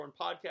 Podcast